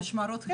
החלפות משמרות.